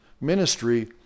ministry